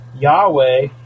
Yahweh